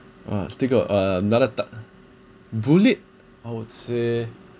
!wah! still got another type bullied I would say